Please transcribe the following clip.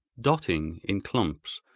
dotting, in clumps,